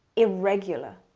irregular